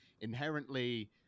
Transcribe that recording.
inherently